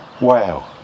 wow